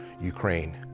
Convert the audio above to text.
Ukraine